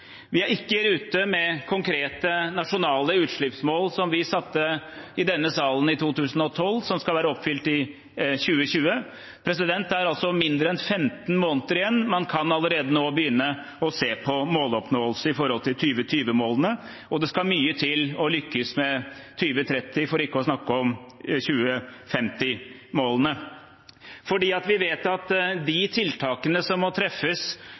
Vi er ikke i rute med konkrete nasjonale utslippsmål som vi satte i denne salen i 2012, som skal være oppfylt i 2020. Det er altså mindre enn 15 måneder igjen. Man kan allerede nå begynne å se på oppnåelsen av 2020-målene, og det skal mye til å lykkes med 2030-målene, for ikke å snakke om 2050-målene, for vi vet at de tiltakene som må treffes